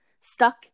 Stuck